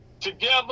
together